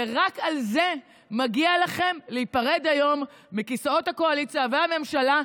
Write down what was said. ורק על זה מגיע לכם להיפרד היום מכיסאות הקואליציה והממשלה,